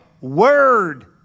Word